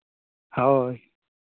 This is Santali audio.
ᱦᱳᱭ